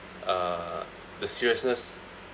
uh the seriousness